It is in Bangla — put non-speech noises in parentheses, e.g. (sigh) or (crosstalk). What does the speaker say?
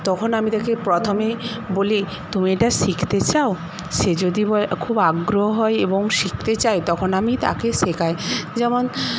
তখন আমি তাকে প্রথমেই বলি তুমি এটা শিখতে চাও সে যদি (unintelligible) খুব আগ্রহ হয় এবং শিখতে চায় তখন আমি তাকে শেখাই যেমন